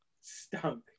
stunk